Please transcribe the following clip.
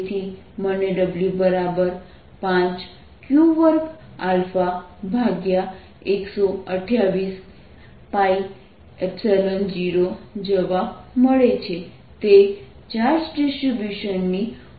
તેથી મને W5Q2128π0 જવાબ આપે છે તે ચાર્જ ડિસ્ટ્રિબ્યુશનની ઉર્જા છે